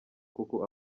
kuko